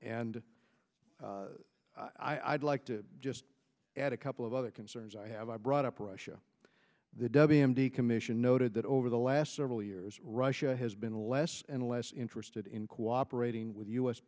and i'd like to just add a couple of other concerns i have i brought up russia the wm decommission noted that over the last several years russia has been less and less interested in cooperating with u